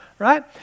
Right